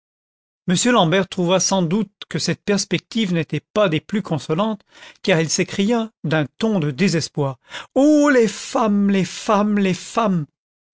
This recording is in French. m l'ambert trouva sans doute que cette perspective n'était pas des plus consolantes car il s'écria d'un ton de désespoir o les femmes les femmes les femmes